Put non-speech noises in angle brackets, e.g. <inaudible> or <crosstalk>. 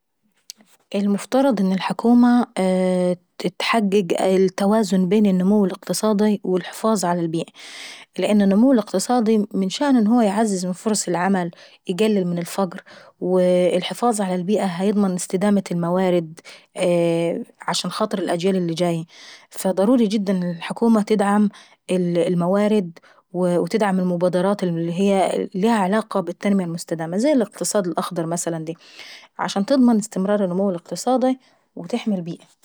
المفترض ان الحاكومة اتحقق التوازن بين النمو الاقتصادي والحفاظ على البيئة. لان النمو الاقتصاداي من شأنه انه هو يعزز من فرص العمل ويقلل من الفقر، <hesitation> الحفاظ على البيئة هيضمن استدامة المواد عشان خاطر الأجيال اللي جاييي. فا ضروري جدا ان الحكومة تدعم الموارد وتدعم المبادرات اللي ليها علاقة بالتنمية المستدامة زي الاقتصاد الاخضر دي، عشان تضمن استمرار النمو الاقتصاداي وتحمي البيئ,